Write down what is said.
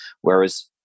whereas